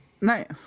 nice